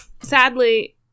sadly